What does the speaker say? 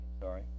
Sorry